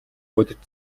бодит